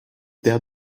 père